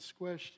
squished